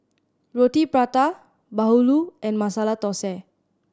Roti Prata bahulu and Masala Thosai